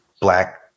black